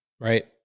right